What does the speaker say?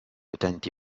utenti